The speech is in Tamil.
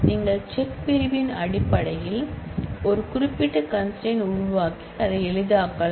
நீங்கள் CHECK பிரிவின் அடிப்படையில் ஒரு குறிப்பிட்ட கன்ஸ்ட்ரெயின் உருவாக்கி அதை எளிதாக்கலாம்